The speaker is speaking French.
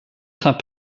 crains